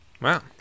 wow